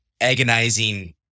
agonizing